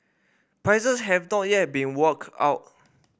prices have not yet been worked out